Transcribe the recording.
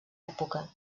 època